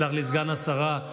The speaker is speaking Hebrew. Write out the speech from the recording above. יסלח לי סגן השרה.